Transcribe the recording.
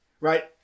Right